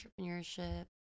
entrepreneurship